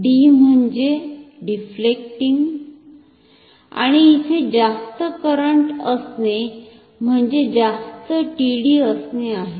D म्हणजे deflecting आणि इथे जास्त करंट असणे म्हणजे जास्त TD असणे आहे